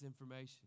information